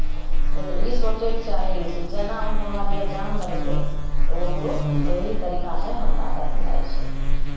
लेकिन ई सोचयके चाही से जेना ओ हमरा लिए जान देलकै तऽ ओकरो ओही तरीकासँ हमरा देखनाइ छै